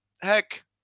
Heck